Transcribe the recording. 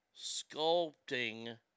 sculpting